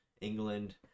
England